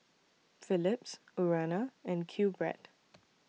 Philips Urana and QBread